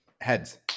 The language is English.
Heads